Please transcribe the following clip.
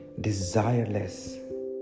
desireless